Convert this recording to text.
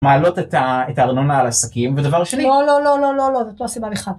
מעלות את הארנונה על עסקים, ודבר שני... לא, לא, לא, לא, לא, לא, לא, זאת לא סיבה לכך.